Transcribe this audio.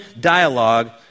dialogue